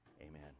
amen